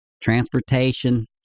transportation